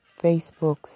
Facebooks